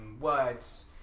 words